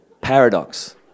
Paradox